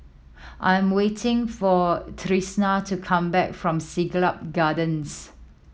I am waiting for Tristian to come back from Siglap Gardens